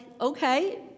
okay